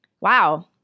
wow